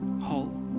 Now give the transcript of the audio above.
whole